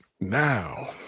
now